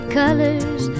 colors